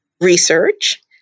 research